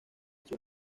sus